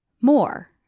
More